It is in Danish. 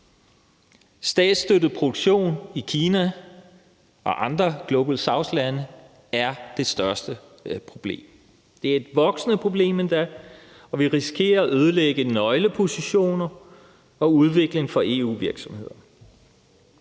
Statsstøttet produktion i Kina og andre global south-lande er det største problem. Det er endda et voksende problem, og vi risikerer at ødelægge nøglepositioner og udvikling for EU-virksomheder.